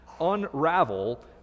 unravel